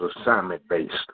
assignment-based